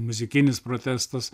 muzikinis protestas